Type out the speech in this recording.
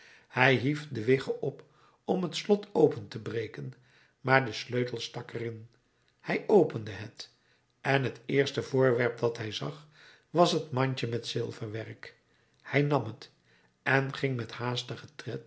hij hief de wigge op om het slot open te breken maar de sleutel stak er in hij opende het en het eerste voorwerp dat hij zag was het mandje met zilverwerk hij nam het en ging met